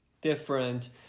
different